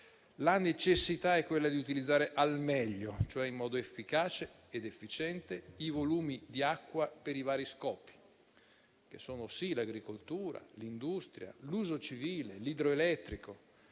La necessità è quella di utilizzare al meglio, cioè in modo efficace ed efficiente, i volumi di acqua per i vari scopi, ovvero l'agricoltura, l'industria, l'uso civile e l'idroelettrico.